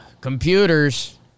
computers